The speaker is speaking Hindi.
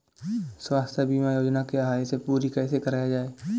स्वास्थ्य बीमा योजना क्या है इसे पूरी कैसे कराया जाए?